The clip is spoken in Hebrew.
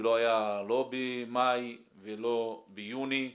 ולא היה לא במאי ולא ביוני.